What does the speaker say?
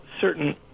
certain